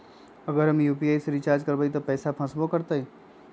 अगर हम यू.पी.आई से रिचार्ज करबै त पैसा फसबो करतई?